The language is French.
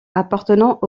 appartenant